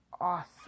awesome